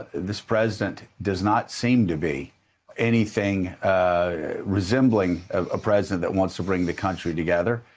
this president does not seem to be anything resembling a president that wants to bring the country together.